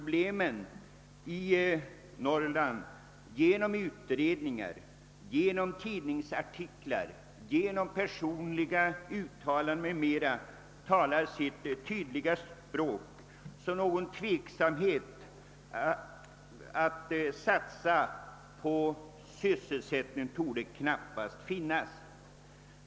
Jag anser för min del att utredningar, tidningsartiklar, personliga uttalanden m.m. talar sitt tydliga språk om sysselsättningsproblemen i Norrland, och någon tveksamhet när det gäller att satsa på sysselsättning torde knappast råda.